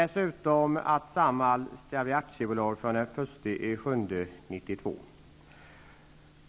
Samhall föreslås bli aktiebolag från den 1 juli 1992.